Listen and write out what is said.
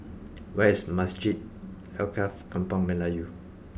where is Masjid Alkaff Kampung Melayu